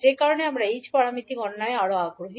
যে কারণে আমরা h প্যারামিটার গণনায় আরও আগ্রহী